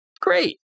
Great